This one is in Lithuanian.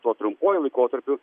tuo trumpuoju laikotarpiu